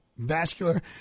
vascular